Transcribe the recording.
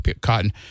cotton